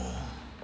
uh